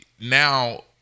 Now